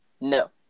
No